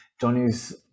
Johnny's